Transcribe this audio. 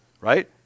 Right